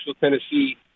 Tennessee